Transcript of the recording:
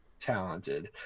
talented